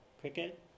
cricket